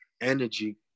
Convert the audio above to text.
energy